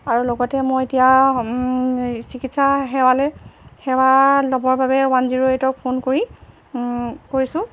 আৰু লগতে মই এতিয়া এই চিকিৎসা সেৱালৈ সেৱা ল'বৰ বাবে ওৱান জিৰ' এইটক ফোন কৰি কৰিছোঁ